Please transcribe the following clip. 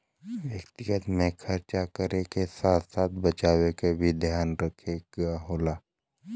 व्यक्तिगत में खरचा करे क साथ साथ बचावे क भी ध्यान रखे क होला